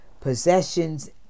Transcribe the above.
possessions